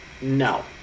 no